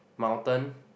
mountain